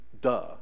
duh